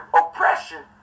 oppression